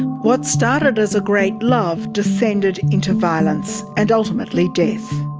what started as a great love descended into violence and ultimately death.